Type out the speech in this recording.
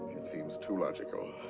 it seems too logical.